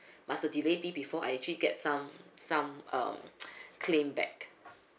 must the delay be before I actually get some some um claim back